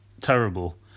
terrible